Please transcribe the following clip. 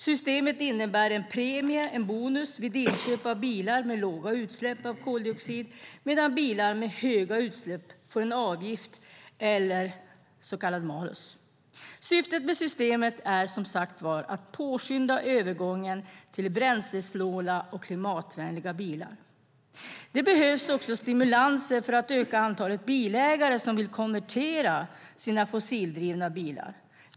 Systemet innebär en premie, en bonus, vid inköp av bilar med låga utsläpp av koldioxid medan bilar med höga utsläpp får en avgift eller så kallad malus. Syftet med systemet är som sagt att påskynda övergången till bränslesnåla och klimatvänliga bilar. Det behövs också stimulanser för att öka antalet bilägare som vill konvertera sina fossildrivna bilar.